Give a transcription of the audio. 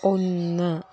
ഒന്ന്